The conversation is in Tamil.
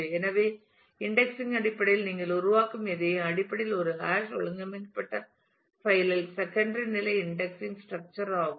எனவே இன்டெக்ஸிங் அடிப்படையில் நீங்கள் உருவாக்கும் எதையும் அடிப்படையில் ஒரு ஹாஷ் ஒழுங்கமைக்கப்பட்ட பைல் இல் செகண்டரி நிலை இன்டெக்ஸிங் ஸ்ட்ரக்சர் ஆகும்